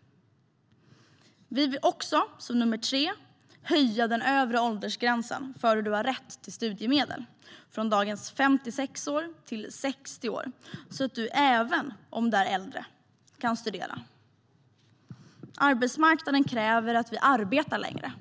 För det tredje vill vi höja den övre åldersgränsen för när man har rätt till studiemedel från dagens 56 år till 60 år, så att man även om man är äldre kan studera. Arbetsmarknaden kräver att vi arbetar längre,